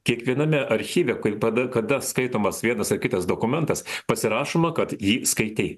kiekviename archyve kur tada kada skaitomas vienas ar kitas dokumentas pasirašoma kad jį skaitei